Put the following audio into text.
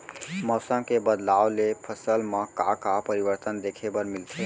मौसम के बदलाव ले फसल मा का का परिवर्तन देखे बर मिलथे?